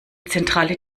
zentrale